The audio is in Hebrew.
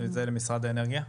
משרד האנרגיה?